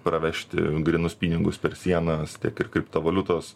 pravežti grynus pinigus per sienas tiek ir kriptovaliutos